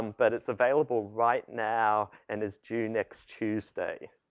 um but it's available right now and is due next tuesday.